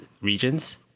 regions